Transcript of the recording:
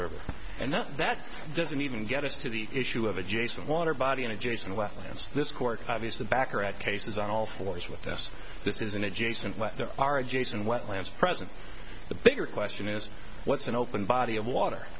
river and that that doesn't even get us to the issue of adjacent water body and adjacent wetlands this court obvious the back or at cases on all fours with this this is an adjacent well there are adjacent wetlands present the bigger question is what's an open body of water